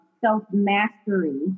self-mastery